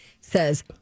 says